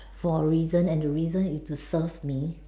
for a reason and the reason is to serve me